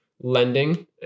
lending